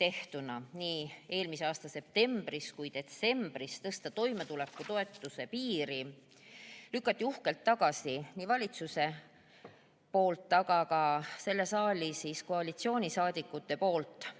tehtud ettepanek nii eelmise aasta septembris kui ka detsembris tõsta toimetulekutoetuse piiri, lükati uhkelt tagasi nii valitsuse kui ka selle saali koalitsioonisaadikute poolt.